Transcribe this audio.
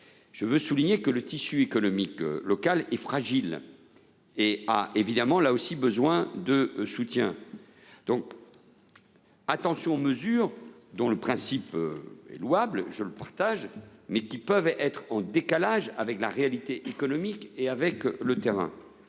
Je tiens à souligner que le tissu économique local est fragile. Il a évidemment besoin de soutien. Faisons donc attention aux mesures dont les principes sont louables – je les partage –, mais qui peuvent être en décalage avec la réalité économique du terrain.